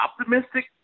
optimistic